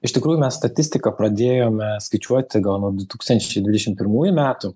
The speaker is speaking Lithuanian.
iš tikrųjų mes statistiką pradėjome skaičiuoti gal nuo du tūkstančiai dvidešimt pirmųjų metų